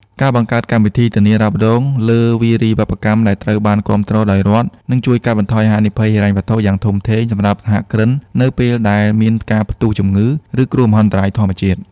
ការបង្កើតកម្មវិធីធានារ៉ាប់រងលើវារីវប្បកម្មដែលត្រូវបានគាំទ្រដោយរដ្ឋ នឹងជួយកាត់បន្ថយហានិភ័យហិរញ្ញវត្ថុយ៉ាងធំធេងសម្រាប់សហគ្រិននៅពេលដែលមានការផ្ទុះជំងឺ ឬគ្រោះមហន្តរាយធម្មជាតិ។